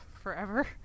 forever